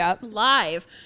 live